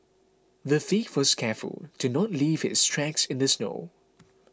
the thief was careful to not leave his tracks in the snow